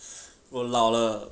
我老了